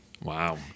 Wow